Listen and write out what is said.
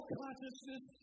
consciousness